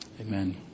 Amen